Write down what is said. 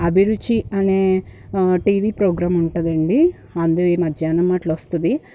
అభిరుచి అనే TV program ఉంటుందండి అది మధ్యాహ్నం అట్లా వస్తుంది